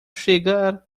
chegar